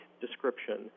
description